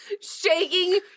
shaking